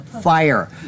fire